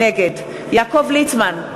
נגד יעקב ליצמן,